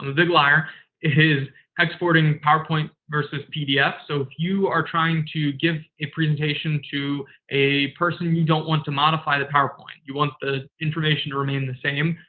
and big liar is exporting powerpoint versus pdf. so, if you are trying to give a presentation to a person who you don't want to modify the powerpoint, you want the information to remain the same,